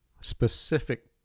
specific